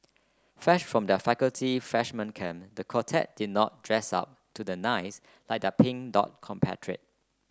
fresh from their faculty freshman camp the quartet did not dress up to the nines like their Pink Dot compatriot